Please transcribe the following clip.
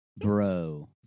bro